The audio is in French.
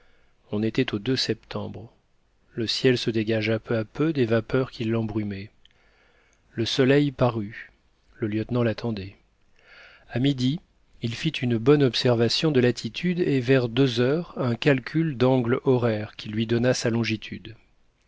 on était au septembre le ciel se dégagea peu à peu des vapeurs qui l'embrumaient le soleil parut le lieutenant l'attendait à midi il fit une bonne observation de latitude et vers deux heures un calcul d'angle horaire qui lui donna sa longitude